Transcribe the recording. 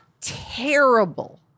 terrible